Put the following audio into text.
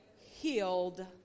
Healed